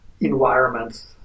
environments